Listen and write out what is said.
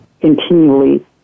continually